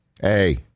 Hey